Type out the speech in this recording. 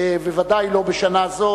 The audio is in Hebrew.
בוודאי לא בשנה זו,